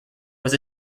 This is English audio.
was